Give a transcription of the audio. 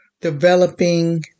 developing